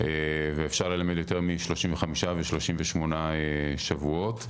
ואפשר ללמד יותר משלושים-וחמישי ושלושים-ושמונה שבועות.